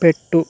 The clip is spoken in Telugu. పెట్టు